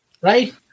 right